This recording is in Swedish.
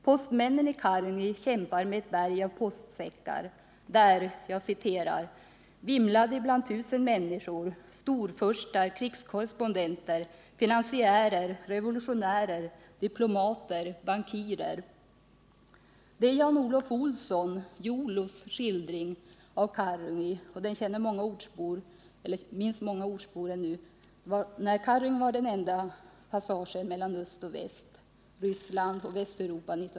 Postmännen i Karungi kämpar med ett berg av postsäckar. Där ”vimlade det ibland tusen människor -— Sstorfurstar, krigskorrespondenter, finansiärer, skurkar, revolutionärer, diplomater, bankirer”. Det är Jan Olof Olssons — Jolos —- skildring av när Karungi, vilket många ortsbor ännu minns, år 1914 var den enda passagen mellan öst och väst, mellan Ryssland och Västeuropa.